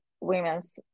Women's